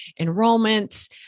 enrollments